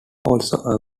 also